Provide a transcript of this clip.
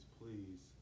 please